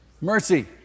mercy